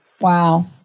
Wow